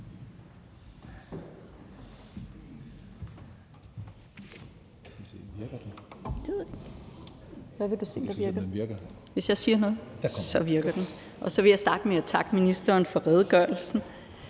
takke ministeren for redegørelsen.